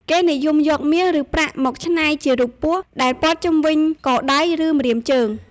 គេនិយមយកមាស ឬប្រាក់មកច្នៃជារូបពស់ដែលព័ទ្ធជុំវិញកដៃ ឬម្រាមដៃ។